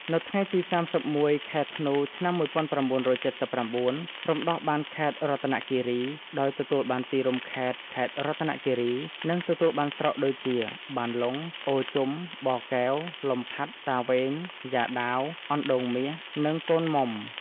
នៅថ្ងៃទី ៣១ ខែធ្នូ ឆ្នាំ ១៩៧៩ រំដោះបានខេត្តរតនគិរី ដោយទទួលបានទីរួមខេត្ត ខេត្តរតនគិរី និងទទួលបានស្រុកដូចជា បានលុង អូរជុំ បកែវ លំផាត់ តាវែង យ៉ាដាវ អណ្តូងមាស និងកូនមុំ។